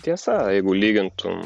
tiesa jeigu lygintum